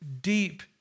deep